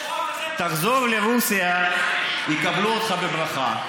תחזור לרוסיה, יקבלו אותך בברכה.